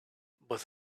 but